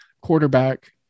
quarterback